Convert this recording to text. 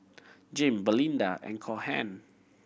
Jim Belinda and Cohen